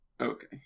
Okay